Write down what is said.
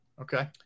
Okay